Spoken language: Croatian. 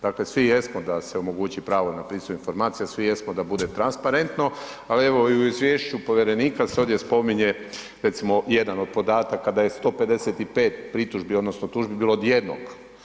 Dakle, svi jesmo da se omogući pravo na pristup informacijama, svi jesmo da bude transparentno, ali evo, i u izvješće povjerenika se ovdje spominje, recimo, jedan od podataka da je 155 pritužbi, odnosno tužbi bilo od jednog.